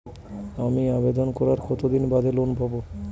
আমি আবেদন করার কতদিন বাদে লোন পাব?